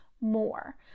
more